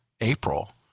April